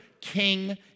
king